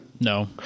No